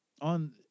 on